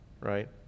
right